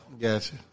Gotcha